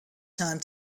time